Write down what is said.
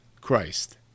Christ